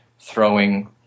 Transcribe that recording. throwing